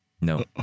No